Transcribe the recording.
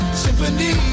symphony